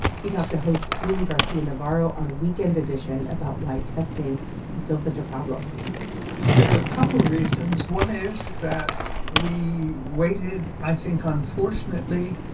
he talked to host lulu garcia-navarro on weekend edition about why testing is still such a problem there are couple of reasons. one is that we waited, i think unfortunately,